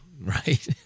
Right